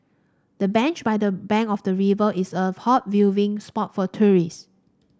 the bench by the bank of the river is a hot viewing spot for tourists